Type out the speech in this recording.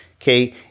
okay